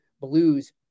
Blues